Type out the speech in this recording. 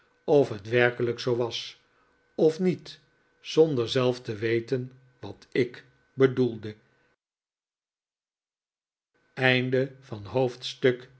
of het werkelijk zoo was of niet zonder zelf te weten wat ik bedoelde